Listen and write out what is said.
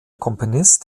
komponist